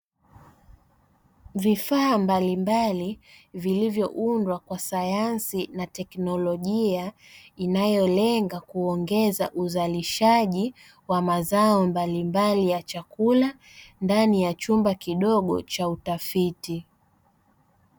Vifaa mbalimbali vilivyoundwa kwa sayansi na teknolojia, inayolenga kuongeza uzalishaji wa mazao mbalimbali ya chakula, ndani ya chumba kidogo cha utafiti.